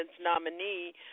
nominee